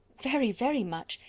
very, very much.